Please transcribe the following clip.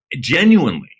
genuinely